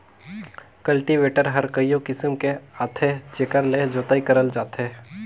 cultivator हर कयो किसम के आथे जेकर ले जोतई करल जाथे